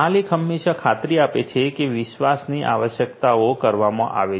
માલિક હંમેશાં ખાતરી આપે છે કે વિશ્વાસની આવશ્યકતાઓ કરવામાં આવે છે